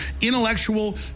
intellectual